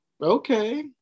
okay